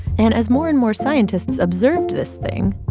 and as more and more scientists observed this thing,